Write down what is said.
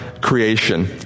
creation